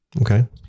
Okay